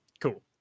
Cool